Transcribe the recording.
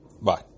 Bye